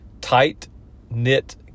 tight-knit